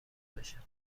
بشه